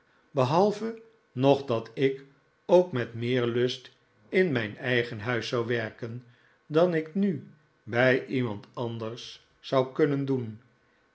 behalve nog dat ik ook met meer lust in mijn eigen huis zou werken dan ik nu bij iemand anders zou kunnen doen